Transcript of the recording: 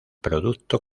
producto